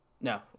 No